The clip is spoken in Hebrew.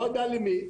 לא יודע למי,